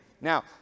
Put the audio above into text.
Now